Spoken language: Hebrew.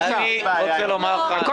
הם